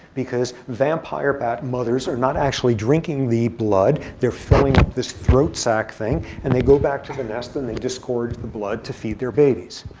because vampire bat mothers are not actually drinking the blood. they're filling up this sack thing, and they go back to the nest and they disgorge the blood to feed their babies.